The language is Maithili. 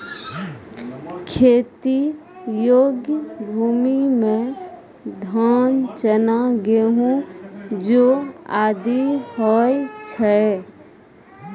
खेती योग्य भूमि म धान, चना, गेंहू, जौ आदि होय छै